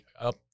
up